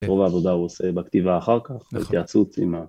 רוב העבודה הוא עושה בכתיבה אחר כך, בהתייעצות עם ה...